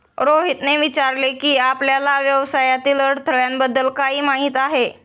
रोहितने विचारले की, आपल्याला व्यवसायातील अडथळ्यांबद्दल काय माहित आहे?